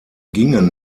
gingen